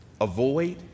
Avoid